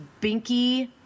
binky